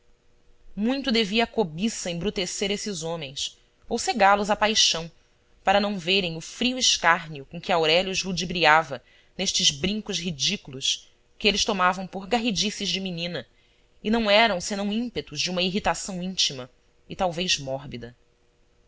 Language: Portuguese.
muito devia a cobiça embrutecer esses homens ou cegá los a paixão para não verem o frio escárnio com que aurélia os ludibriava nestes brincos ridículos que eles tomavam por garridices de menina e não eram senão ímpetos de uma irritação íntima e talvez mórbida